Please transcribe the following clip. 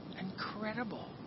Incredible